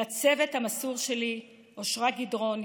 לצוות המסור שלי אושרה גדרון,